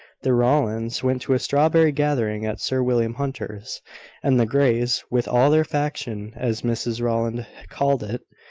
the rowlands went to a strawberry gathering at sir william hunter's and the greys, with all their faction, as mrs rowland called it,